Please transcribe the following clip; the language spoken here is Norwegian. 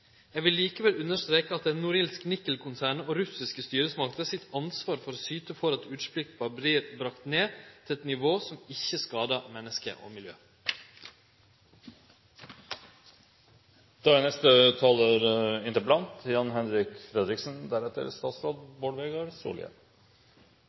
vil likevel understreke at det er Norilsk Nickel-konsernet og russiske styresmakter sitt ansvar å syte for at utsleppa kjem ned til eit nivå som ikkje skader menneske og miljø.